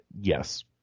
yes